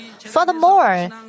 Furthermore